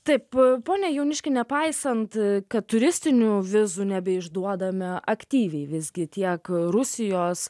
taip pone jauniški nepaisant kad turistinių vizų nebeišduodame aktyviai visgi tiek rusijos